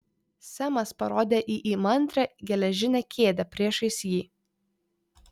semas parodė į įmantrią geležinę kėdę priešais jį